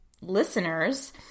listeners